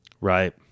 Right